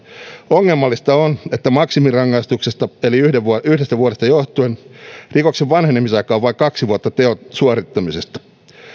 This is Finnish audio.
ongelmallista on että maksimirangaistuksesta eli yhdestä vuodesta johtuen rikoksen vanhenemisaika on vain kaksi vuotta teon suorittamisesta